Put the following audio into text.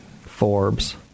Forbes